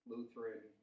Lutheran